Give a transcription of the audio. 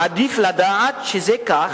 עדיף לדעת שזה כך,